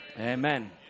Amen